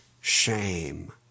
shame